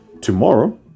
tomorrow